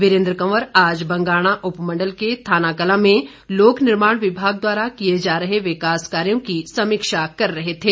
वीरेन्द्र कंवर आज बंगाणा उपमंडल के थानाकलां में लोकनिर्माण विभाग द्वारा किए जा रहे विकास कार्यों की समीक्षा कर रहे थे